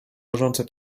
leżące